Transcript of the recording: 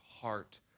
heart